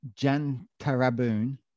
Jantaraboon